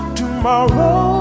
tomorrow